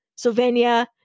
Slovenia